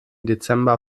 dezember